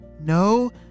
no